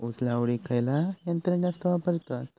ऊस लावडीक खयचा यंत्र जास्त वापरतत?